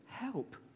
help